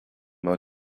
more